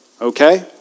okay